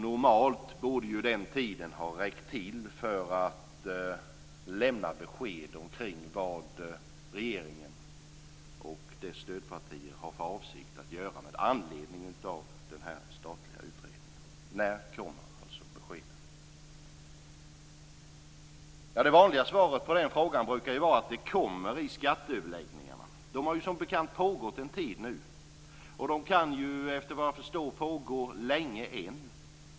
Normalt borde den tiden ha räckt till för att lämna besked omkring vad regeringen och dess stödpartier har för avsikt att göra med anledning av den statliga utredningen. När kommer beskeden? Det vanliga svaret på den frågan brukar ju vara att de kommer i skatteöverläggningarna. Dessa har som bekant pågått en tid nu, och de kan efter vad jag förstår pågå länge än.